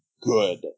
good